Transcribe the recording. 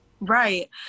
Right